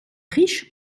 riche